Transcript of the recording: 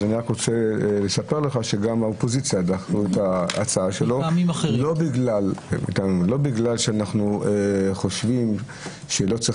אני רוצה לספר שגם האופוזיציה דחתה את ההצעה לא כי אנו חושבים שלא צריך